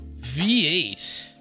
V8